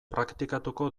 praktikatuko